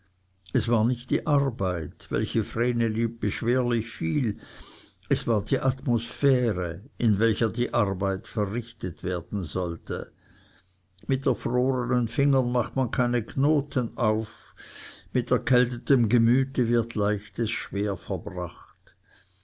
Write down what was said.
es war nicht die arbeit welche vreneli beschwerlich fiel es war die atmosphäre in welcher die arbeit verrichtet werden sollte mit erfrornen fingern macht man keine knoten auf mit erkältetem gemüte wird leichtes schwer verbracht